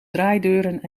draaideuren